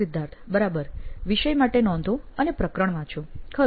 સિદ્ધાર્થ બરાબર વિષય માટે નોંધો અને પ્રકરણ વાંચો ખરું